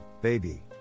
baby